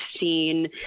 seen